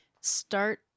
start